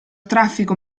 traffico